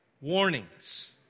Warnings